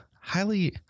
highly